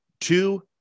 two